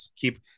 keep